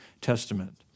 Testament